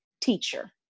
teacher